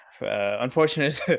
unfortunate